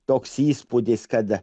toks įspūdis kad